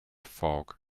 fog